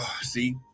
See